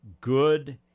good